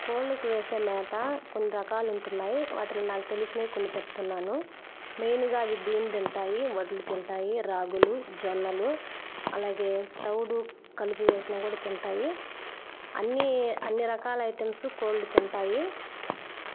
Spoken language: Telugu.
కోళ్ళకు వేసే మేత కొన్ని రకాలు ఉంటున్నాయి వాటిల్లో నాకు తెలిసినవి కొన్ని చెప్తున్నాను మెయిన్గా అవి బియ్యం తింటాయి వడ్లు తింటాయి రాగులు జొన్నలు అలాగే తౌడు కలిపి వేసినవి కూడా తింటాయి అన్నీ అన్నీ రకాల ఐటమ్సు కోళ్ళు తింటాయి